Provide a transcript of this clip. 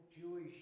Jewish